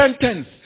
sentence